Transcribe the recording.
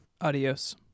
adios